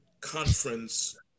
Conference